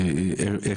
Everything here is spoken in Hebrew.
מול הביטוח הלאומי.